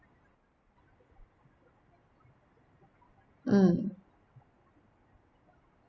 mm